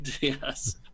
Yes